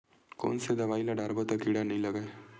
कोन से दवाई ल डारबो त कीड़ा नहीं लगय?